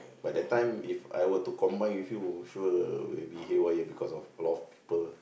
but that time If I were to combine with you sure will be haywire because of a lot of people